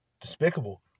despicable